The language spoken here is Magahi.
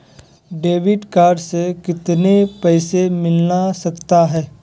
डेबिट कार्ड से कितने पैसे मिलना सकता हैं?